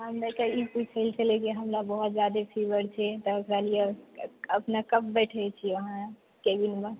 हमनिके ई पुछै लै छलै कि हमरा बहुत जादे फीवर छै तऽ ओकरा लिए अपने कब बैठे छियै वहाँ केबिनमे